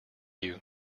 you